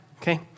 Okay